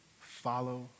follow